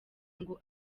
ngo